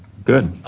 good.